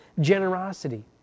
generosity